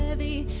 the